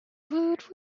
woot